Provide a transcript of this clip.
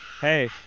Hey